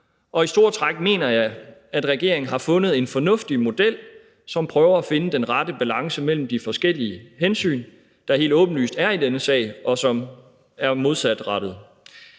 og i store træk mener jeg, at regeringen har fundet en fornuftig model, som prøver at finde den rette balance mellem de forskellige hensyn, der helt åbenlyst er i denne sag, og som er modsatrettede.